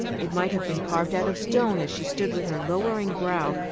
it might have been carved out of stone as she stood with her lowering brow,